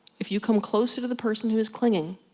if you come closer to the person who is clinging,